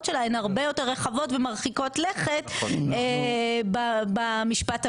שלהן הרבה יותר רחבות ומרחיקות לכת במשפט המינהלי,